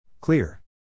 Clear